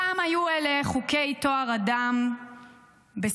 פעם היו אלה חוקי טוהר הדם בספרד,